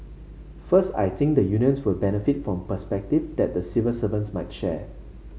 first I think the unions will benefit from perspective that the civil servants might share